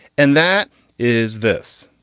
and that is this.